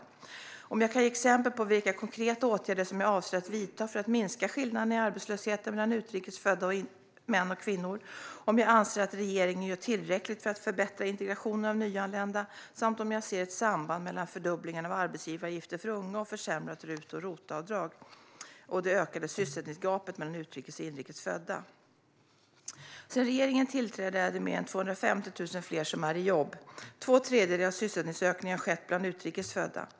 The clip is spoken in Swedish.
Han har också frågat om jag kan ge exempel på vilka konkreta åtgärder jag avser att vidta för att minska skillnaderna i arbetslöshet mellan utrikes födda män och kvinnor, om jag anser att regeringen gör tillräckligt för att förbättra integrationen av nyanlända samt om jag ser ett samband mellan fördubblingen av arbetsgivaravgifter för unga, försämrat RUT och ROT-avdrag och det ökade sysselsättningsgapet mellan utrikes och inrikes födda. Sedan regeringen tillträdde är mer än 250 000 fler i jobb. Två tredjedelar av sysselsättningsökningen har skett bland utrikes födda.